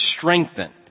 strengthened